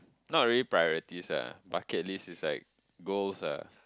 nothing really priorities ah bucket list is like goals ah